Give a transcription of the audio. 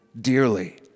dearly